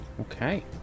okay